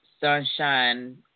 sunshine